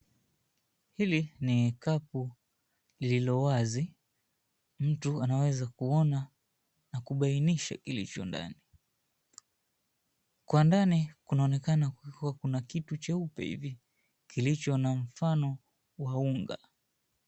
Hili ni kapu lililowazi mtu anawezakuona na kubainisha kilicho ndani, kwa ndani kunaonekana kukiwa kuna kitu cheupe hivi kilicho na mfano wa unga.